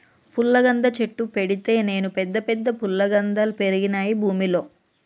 పుల్లగంద చెట్టు పెడితే నేను పెద్ద పెద్ద ఫుల్లగందల్ పెరిగినాయి భూమిలో